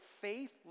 faith